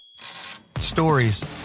Stories